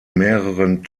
mehreren